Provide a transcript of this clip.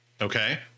Okay